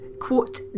quote